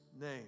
name